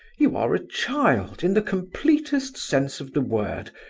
you are a child in the completest sense of the word,